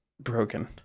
broken